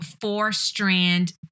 four-strand